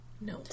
no